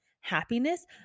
happiness